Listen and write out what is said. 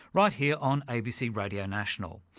right here on abc radio national.